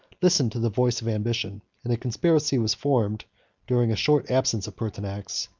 listened to the voice of ambition and a conspiracy was formed during a short absence of pertinax,